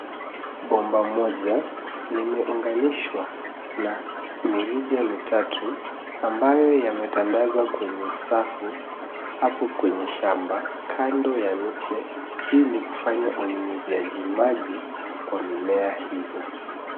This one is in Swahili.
Bomba moja limeunganishwa na mirija mitatu ambayo yametandazwa kwenye safu hapo kwenye shamba kando ya miche ili kufanya unyunyiziaji maji kwa mimea hizo.